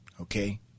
okay